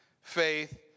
faith